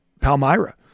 Palmyra